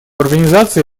организации